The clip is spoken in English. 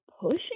pushing